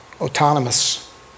autonomous